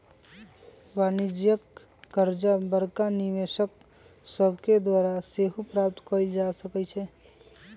वाणिज्यिक करजा बड़का निवेशक सभके द्वारा सेहो प्राप्त कयल जा सकै छइ